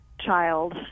child